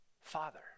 Father